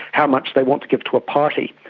how much they want to give to a party.